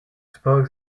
spoke